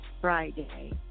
Friday